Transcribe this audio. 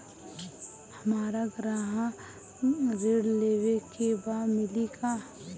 हमरा गृह ऋण लेवे के बा मिली का?